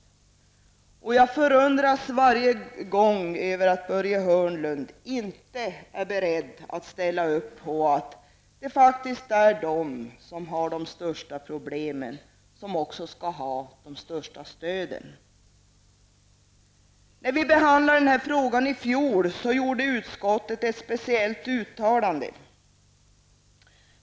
Varje gång jag lyssnar på Börje Hörnlund förundras jag över att han inte är beredd att ställa upp på att de som har de största problemen faktiskt skall ha det största stödet. När vi i fjol behandlade den här frågan gjorde utskottet ett speciellt uttalande.